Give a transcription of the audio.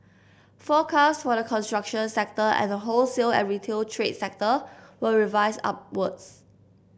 forecasts for the construction sector and the wholesale and retail trade sector were revised upwards